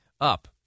up